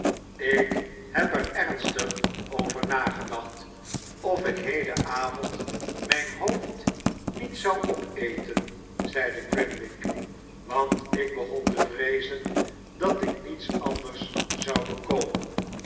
ik heb er ernstig over nagedacht of ik heden avond mijn hoofd niet zou opeten zeide orimwig want ik begon te vreezen dat ik niets anders zou bekomen